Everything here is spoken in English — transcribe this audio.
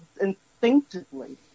instinctively